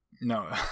No